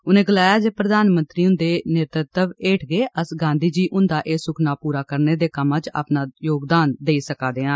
उनें गलाया जे प्रधानमंत्री हुंदे नेतृत्व हेठ गै अस गांधी जी हुंदा एह् सुखना पूरा करने दे कम्म च अपना योगदान देई सका देओ